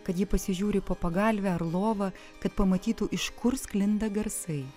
kad ji pasižiūri po pagalve ar lova kad pamatytų iš kur sklinda garsai